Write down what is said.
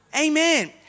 Amen